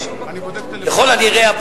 ככל הנראה,